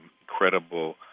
incredible